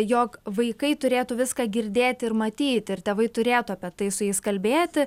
jog vaikai turėtų viską girdėti ir matyti ir tėvai turėtų apie tai su jais kalbėti